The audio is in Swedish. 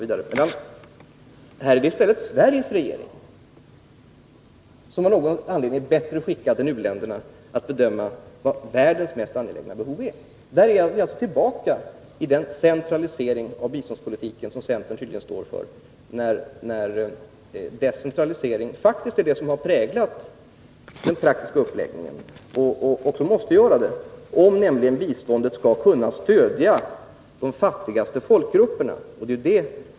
Men här är i stället Sveriges regering av någon anledning bättre skickad än u-länderna att bedöma vilka världens mest angelägna behov är. Där är vi tillbaka i en centralisering av biståndspolitiken som centern tydligen står för. En decentralisering är faktiskt det som har präglat den praktiska uppläggningen och som också måste göra det, om biståndet skall kunna stödja de fattigaste folkgrupperna.